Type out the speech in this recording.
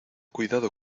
cuidado